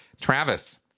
Travis